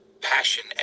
passion